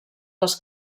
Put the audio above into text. dels